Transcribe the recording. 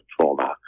trauma